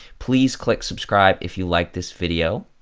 please click subscribe if you like this video.